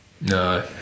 No